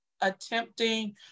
attempting